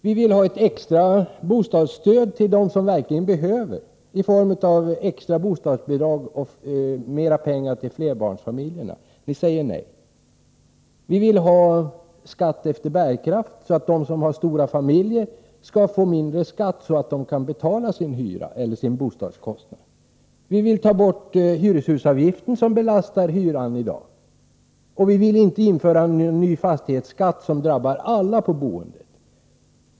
Vi vill ha ett extra bostadsstöd till dem som verkligen behöver det, i form av extra bostadsbidrag och mera pengar till flerbarnsfamiljerna. Ni säger nej. Vi vill ha skatt efter bärkraft, så att de som har stora familjer skall få mindre skatt och kunna betala sina bostadskostnader. Vi vill slopa hyreshusavgiften, som belastar hyran i dag, och vi vill inte införa en ny fastighetsskatt, som drabbar allas boende.